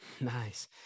Nice